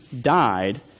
died